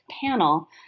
panel